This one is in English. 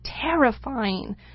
terrifying